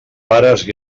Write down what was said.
pares